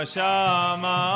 Shama